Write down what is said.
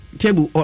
table